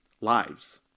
lives